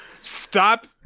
stop